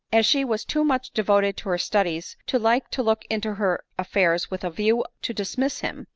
as she was too much devoted to her studies to like to look into her affairs with a view to dismiss him,